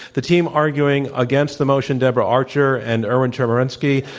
the team arguing against the motion, deborah archer and erwin chemerinsky,